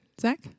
Zach